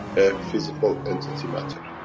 a physical entity matter,